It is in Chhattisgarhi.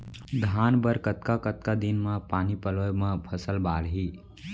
धान बर कतका कतका दिन म पानी पलोय म फसल बाड़ही?